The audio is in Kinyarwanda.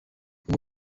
uwo